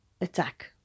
attack